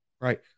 right